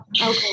Okay